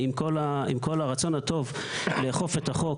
עם כל הרצון הטוב לאכוף את החוק,